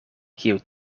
kiu